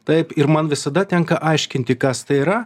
taip ir man visada tenka aiškinti kas tai yra